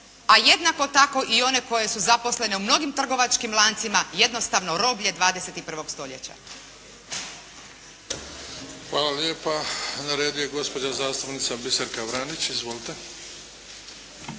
a jednako tako i one koje su zaposlene u mnogim trgovačkim lancima jednostavno roblje 21. stoljeća. **Bebić, Luka (HDZ)** Hvala lijepa. Na redu je gospođa zastupnica Biserka Vranić. Izvolite.